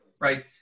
Right